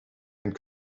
and